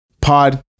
pod